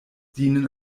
dienen